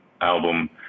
album